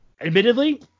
Admittedly